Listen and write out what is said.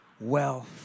wealth